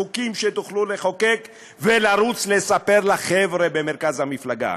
חוקים שתוכלו לחוקק ולרוץ לספר לחבר'ה במרכז המפלגה.